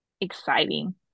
exciting